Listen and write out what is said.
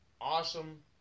awesome